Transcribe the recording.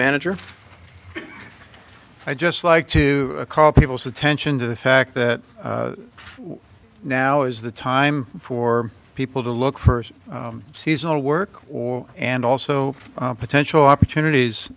manager i just like to call people's attention to the fact that now is the time for people to look for seasonal work or and also potential opportunities